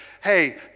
hey